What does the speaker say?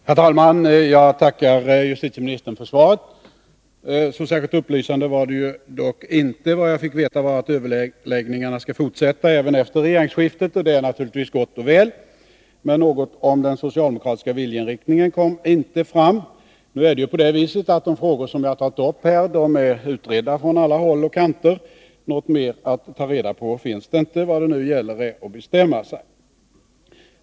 Herr talman! Jag tackar justitieministern för svaret. Så särskilt upplysande var det dock inte. Vad jag fick veta var att överläggningarna skall fortsätta även efter regeringsskiftet — och det är naturligtvis gott och väl. Något om den socialdemokratiska viljeinriktningen kom dock inte fram. De frågor som jag här har tagit upp är utredda från alla håll och kanter. Något mer att ta reda på finns det inte. Vad det nu gäller är att bestämma sig.